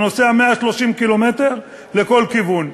אתה נוסע 130 קילומטר לכל כיוון,